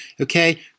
Okay